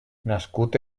nascut